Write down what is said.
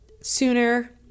sooner